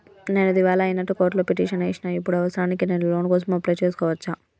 నేను దివాలా అయినట్లు కోర్టులో పిటిషన్ ఏశిన ఇప్పుడు అవసరానికి నేను లోన్ కోసం అప్లయ్ చేస్కోవచ్చా?